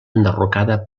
enderrocada